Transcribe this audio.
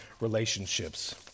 relationships